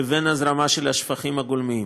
לבין הזרמה של שפכים גולמיים.